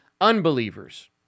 Unbelievers